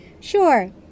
Sure